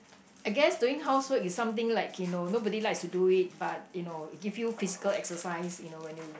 I guess doing house work is something like you know nobody likes to do it but you know it give you physical exercise you know when you